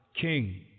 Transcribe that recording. king